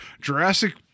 Jurassic